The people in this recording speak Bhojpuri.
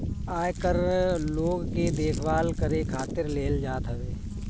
आयकर लोग के देखभाल करे खातिर लेहल जात हवे